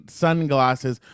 sunglasses